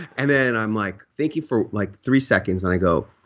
and then i'm like thinking for like three seconds and i go,